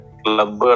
club